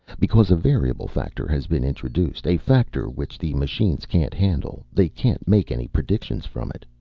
because a variable factor has been introduced. a factor which the machines can't handle. they can't make any predictions from it.